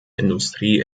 industrie